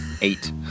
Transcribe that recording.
Eight